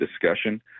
discussion